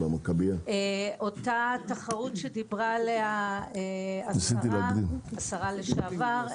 אותה תחרות שדיברה עליה השרה לשעבר,